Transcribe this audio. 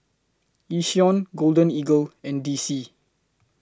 Yishion Golden Eagle and D C